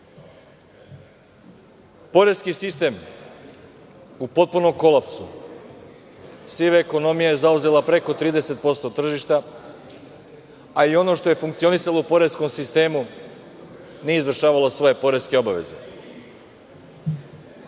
je bio u potpunom kolapsu. Siva ekonomija je zauzela preko 30% tržišta, a i ono što je funkcionisalo u poreskom sistemu nije izvršavalo svoje poreske obaveze.